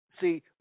See